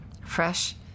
fresh